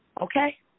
okay